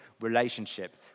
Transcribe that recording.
relationship